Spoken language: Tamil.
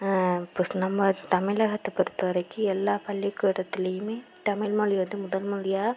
நம்ம தமிழகத்தை பொறுத்த வரைக்கு எல்லா பள்ளிக்கூடத்துலையுமே தமிழ் மொழி வந்து முதல் மொழியாக